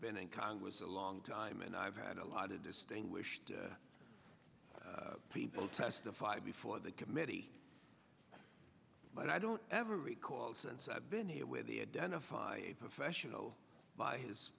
been in congress a long time and i've had a lot of distinguished people testify before the committee but i don't ever recall since i've been here where the identify a professional by his